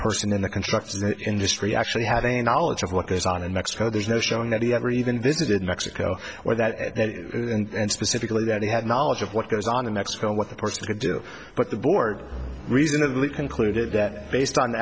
person in the construction industry actually had a knowledge of what goes on in mexico there's no showing that he ever even this is in mexico where that and specifically that he had knowledge of what goes on in mexico what the courts could do but the board reasonably concluded that based on the